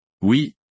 Oui